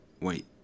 Wait